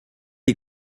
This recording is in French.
est